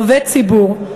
עובד ציבור,